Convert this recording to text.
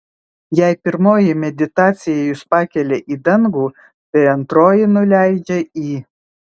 jei pirmoji meditacija jus pakelia į dangų tai antroji nuleidžia į